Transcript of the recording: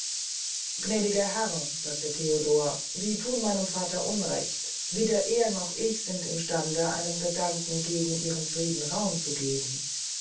gnädiger herr sagte theodor sie thun meinem vater unrecht weder er noch ich sind im stande einem gedanken gegen ihren frieden raum zu geben